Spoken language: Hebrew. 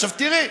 עכשיו תראי,